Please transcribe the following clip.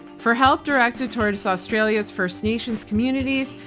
for help directed towards australia's first nations communities,